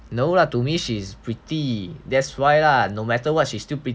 no lah to me she's pretty that's why lah no matter what she still pretty